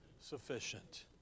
Sufficient